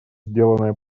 сделанное